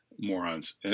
morons